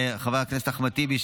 וחבר הכנסת אחמד טיבי,